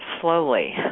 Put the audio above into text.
slowly